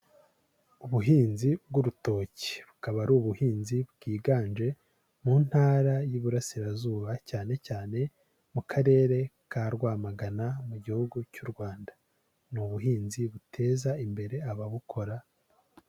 Ubuhinzi bw'urutoki, bukaba ari ubuhinzi bwiganje mu ntara y'iburasirazuba, cyane cyane mu karere ka Rwamagana mu gihugu cy'u Rwanda, ni ubuhinzi buteza imbere ababukora.